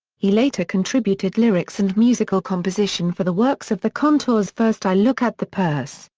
he later contributed lyrics and musical composition for the works of the contours' first i look at the purse,